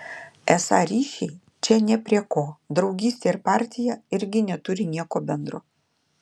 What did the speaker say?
esą ryšiai čia nė prie ko draugystė ir partija irgi neturi nieko bendro